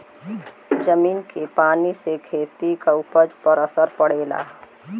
जमीन के पानी से खेती क उपज पर असर पड़ेला